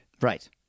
right